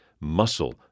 muscle